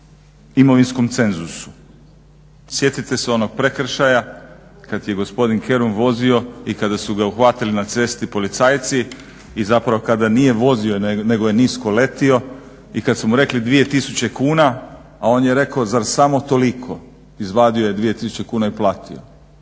imovinskom cenzusu. Sjetite se onog prekršaja kad je gospodin Kerum vozio i kada su ga uhvatili na cesti policajci i zapravo kada nije vozio nego je nisko letio i kad su mu rekli 2000 kuna, a on je rekao zar samo toliko? Izvadio je 2000 kuna i platio.